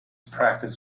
practice